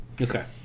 okay